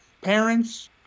parents